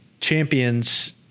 Champions